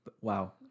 Wow